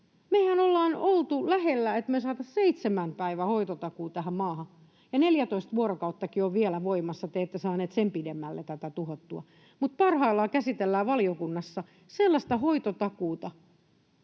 Mehän ollaan oltu lähellä, että me saataisiin seitsemän päivän hoitotakuu tähän maahan, ja 14 vuorokauttakin on vielä voimassa — te ette saaneet sen pidemmälle tätä tuhottua — mutta parhaillaan käsitellään valiokunnassa sellaista hoitotakuuta,